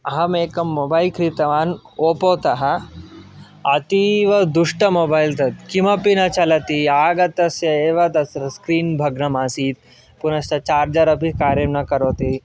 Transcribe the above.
अहमेकं मोबैल् क्रीतवान् ओपो तः अतीव दुष्ट मोबैल् तत् किमपि न चलति आगतस्य एव तस्य स्क्रीन् भग्नम् आसीत् पुनश्च चार्जर् अपि कार्यं न करोति